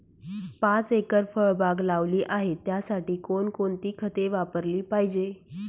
पाच एकर फळबाग लावली आहे, त्यासाठी कोणकोणती खते वापरली पाहिजे?